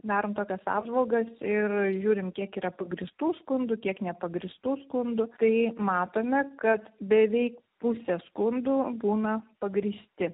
darom tokias apžvalgas ir žiūrim kiek yra pagrįstų skundų kiek nepagrįstų skundų tai matome kad beveik pusė skundų būna pagrįsti